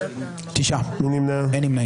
הצבעה לא אושרו.